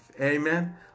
Amen